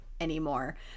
anymore